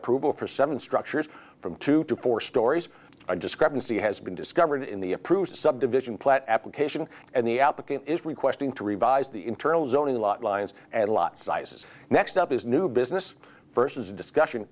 approval for seven structures from two to four stories a discrepancy has been discovered in the approved subdivision plat application and the applicant is requesting to revise the internal zoning lot lines at lot sizes next up is new business versus a discussion